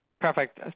Perfect